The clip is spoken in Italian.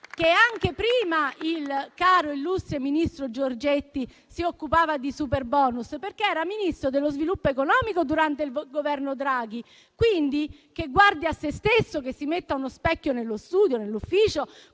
che anche prima il caro illustre ministro Giorgetti si occupava di superbonus, perché era Ministro dello sviluppo economico durante il Governo Draghi. Che guardi a se stesso, quindi, e si metta uno specchio nello studio e nel suo ufficio,